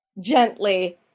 gently